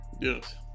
Yes